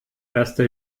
erste